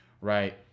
right